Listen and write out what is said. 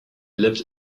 lived